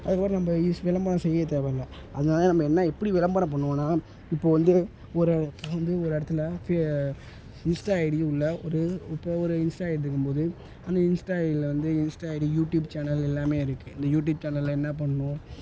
அதுக்கப்புறம் நம்ப ஈஸ் விளம்பரம் செய்ய தேவைல்ல அதனாலே நம்ம என்ன எப்படி விளம்பரம் பண்ணுவோம்னா இப்போது வந்து ஒரு வந்து ஒரு இடத்துல ஃபே இன்ஸ்டா ஐடி உள்ள ஒரு இப்போ ஒரு இன்ஸ்டா ஐடி இருக்கும்போது அந்த இன்ஸ்டா ஐடியில் வந்து இன்ஸ்டா ஐடி யூடியூப் சேனல் எல்லாமே இருக்குது அந்த யூடியூப் சேனலில் என்ன பண்ணுவோம்